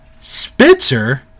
spitzer